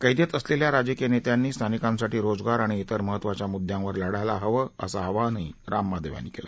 कैदेत असलेल्या राजकीय नेत्यांनी स्थानिकांसाठी रोजगार आणि तिर महत्वाच्या मुद्दयांवर लढायला हवं असं आवाहनही राम माधव यांनी केलं